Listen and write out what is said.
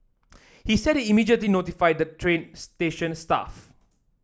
he said he immediately notified the train station staff